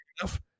enough